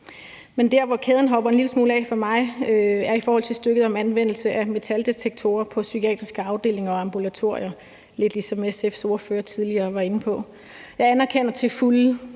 Men der, hvor kæden hopper en lille smule af for mig, er i forhold til stykket om anvendelse af metaldetektorer på psykiatriske afdelinger og ambulatorier, lidt ligesom SF's ordfører tidligere var inde på. Jeg anerkender til fulde,